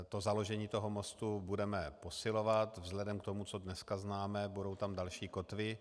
My založení toho mostu budeme posilovat vzhledem k tomu, co dneska známe, budou tam další kotvy.